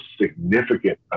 significant